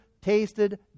tasted